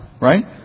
right